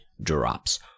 drops